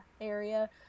area